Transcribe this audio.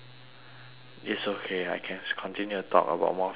it's okay I can continue to talk about more philosophy